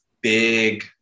big